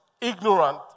ignorant